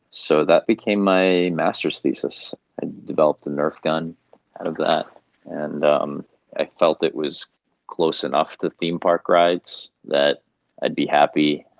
so that became my masters thesis, i and developed a nerf gun out of that and um i felt it was close enough to theme park rides that i'd be happy.